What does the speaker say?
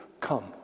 come